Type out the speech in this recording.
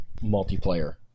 multiplayer